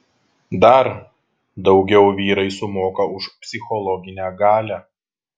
dar daugiau vyrai sumoka už psichologinę galią